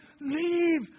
leave